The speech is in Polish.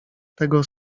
tego